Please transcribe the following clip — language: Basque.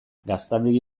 gaztandegi